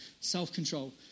Self-control